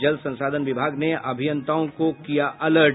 जल संसाधन विभाग ने अभियंताओं को किया अलर्ट